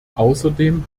außerdem